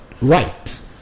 right